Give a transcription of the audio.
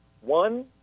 One